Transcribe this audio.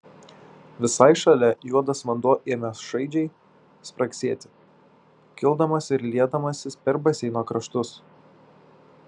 visai šalia juodas vanduo ėmė šaižiai spragsėti kildamas ir liedamasis per baseino kraštus